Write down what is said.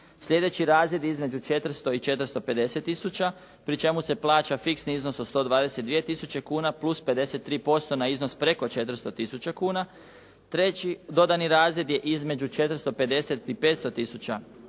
Sljedeći razred između 400 i 450 tisuća, pri čemu se plaća fiksni iznos od 122 tisuće kuna plus 53% na iznos preko 400 tisuća kuna. Treći dodani razred je između 450 i 500 tisuća